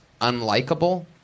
unlikable